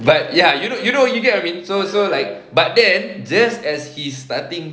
but ya you know you know you get what I mean but then this as he starting